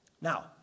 Now